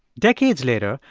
decades later,